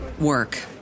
work